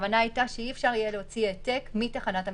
אי אפשר יהיה להוציא העתק מתחנת המשטרה.